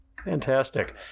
Fantastic